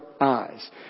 eyes